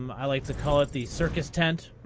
um i like to call it the circus tent,